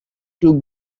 two